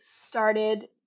started